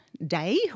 day